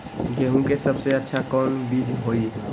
गेंहू के सबसे अच्छा कौन बीज होई?